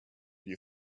your